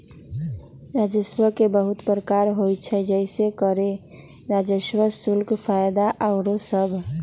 राजस्व के बहुते प्रकार होइ छइ जइसे करें राजस्व, शुल्क, फयदा आउरो सभ